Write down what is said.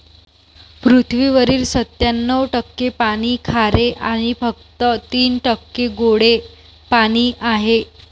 पृथ्वीवरील सत्त्याण्णव टक्के पाणी खारे आणि फक्त तीन टक्के गोडे पाणी आहे